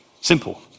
Simple